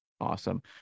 Awesome